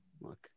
Look